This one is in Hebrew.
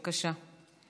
בבקשה.